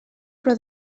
però